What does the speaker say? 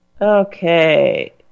Okay